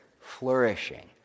flourishing